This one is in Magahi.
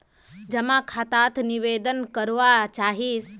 जमा खाता त निवेदन करवा चाहीस?